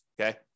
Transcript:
Okay